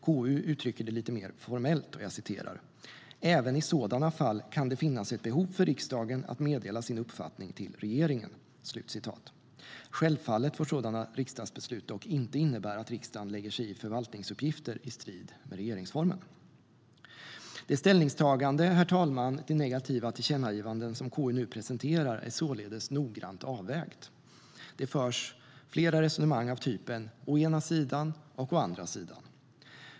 KU uttrycker det lite mer formellt: "Även i sådana fall kan det finnas ett behov för riksdagen att meddela sin uppfattning till regeringen." Dock får sådana riksdagsbeslut självfallet inte innebära att riksdagen lägger sig i förvaltningsuppgifter i strid med regeringsformen. Det ställningstagande till negativa tillkännagivanden som KU nu presenterar, herr talman, är således noggrant avvägt. Det förs flera resonemang av typen "å ena sidan - å andra sidan".